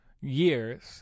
years